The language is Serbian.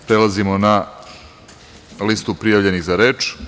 Prelazimo na listu prijavljenih za reč.